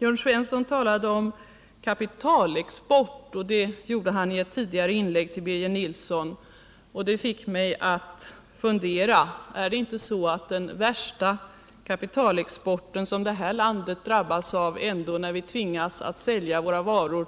Jörn Svensson talade i ett tidigare inlägg till Birger Nilsson om kapitalexport. Detta fick mig att fundera: Är det inte ändå så, att den värsta kapitalexport som det här landet har drabbats av är att vi tvingas sälja våra varor